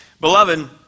Beloved